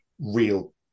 real